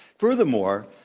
furthermore,